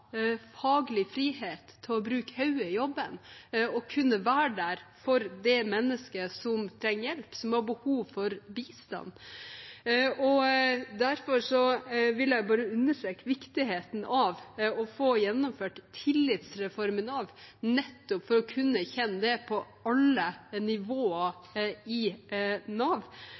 faglig frihet til å bruke hodet i jobben og kunne være der for det mennesket som trenger hjelp, som har behov for bistand. Derfor vil jeg bare understreke viktigheten av å få gjennomført en tillitsreform i Nav, nettopp for å kunne kjenne det på alle nivåer i Nav.